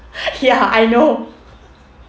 ya I know